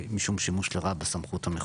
משום שימוש לרעה בסמכות המכוננת.